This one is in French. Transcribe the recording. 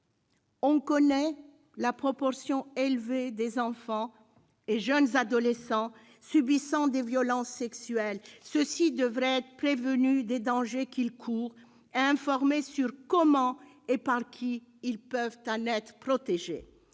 On sait qu'une proportion élevée d'enfants et de jeunes adolescents subissent des violences sexuelles. Ils devraient être prévenus des dangers qu'ils courent, apprendre comment et par qui ils peuvent en être protégés.